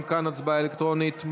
גם כאן ההצבעה אלקטרונית.